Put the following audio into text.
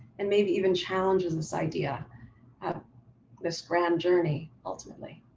and maybe even challenges this idea of this grand journey, ultimately.